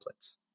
templates